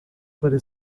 para